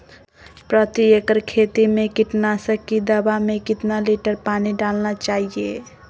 प्रति एकड़ खेती में कीटनाशक की दवा में कितना लीटर पानी डालना चाइए?